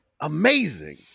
Amazing